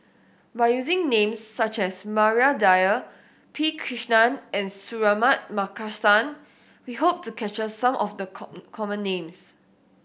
by using names such as Maria Dyer P Krishnan and Suratman Markasan we hope to capture some of the common names